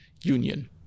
union